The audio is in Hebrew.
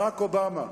ברק אובמה,